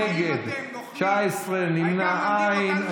נגד, 19, נמנע, אין.